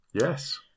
Yes